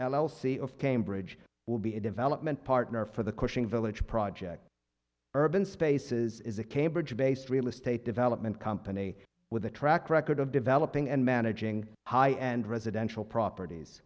c of cambridge will be a development partner for the cushing village project urban spaces is a cambridge based real estate development company with a track record of developing and managing high end residential properties